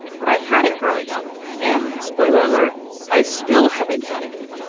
but i had it growing up, and spoiler alert i still have anxiety.